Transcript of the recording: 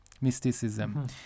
mysticism